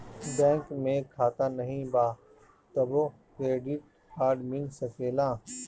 Bank में खाता नाही बा तबो क्रेडिट कार्ड मिल सकेला?